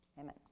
Amen